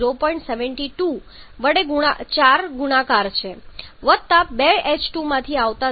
72 વડે 4 ગુણાકાર છે વત્તા 2 H2 માંથી આવતા 0